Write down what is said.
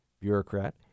bureaucrat